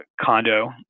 condo